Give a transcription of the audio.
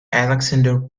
alexandre